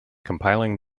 compiling